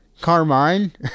Carmine